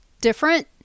different